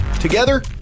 Together